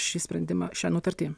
šį sprendimą šią nutartį